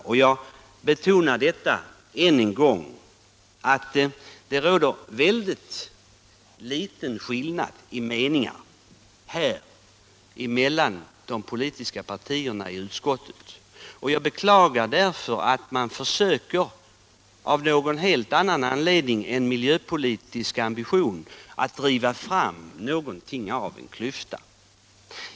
Än en gång vill jag betona att det har varit mycket obetydliga meningsskiljaktigheter mellan de olika partierna i utskottet. Jag beklagar därför att man av någon helt annan anledning än miljöpolitisk ambition försöker skapa en klyfta.